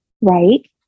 Right